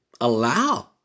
Allow